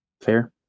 Fair